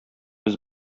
без